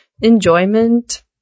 enjoyment